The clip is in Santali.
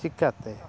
ᱪᱤᱠᱟᱛᱮ